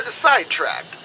Sidetracked